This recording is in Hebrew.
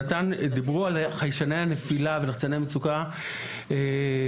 בפרויקט שעסק בחיישני נפילה ולחצני מצוקה ובמסגרתו